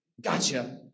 gotcha